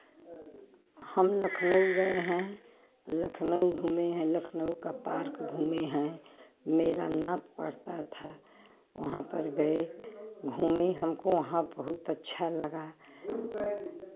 हम लखनऊ गए हैं लखनऊ घूमे हैं लखनऊ का पार्क घूमे हैं मेरा नात पढ़ता था वहाँ पर गए घूमे हमको वहाँ बहुत अच्छा लगा